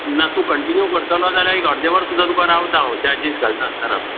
ना तूं कंटिन्यू करतलो जाल्यार एक अर्दें वर सुद्दां तुका रावता हांव चार्जीस घाल नासताना